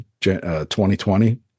2020